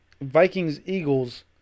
Vikings-Eagles